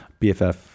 bff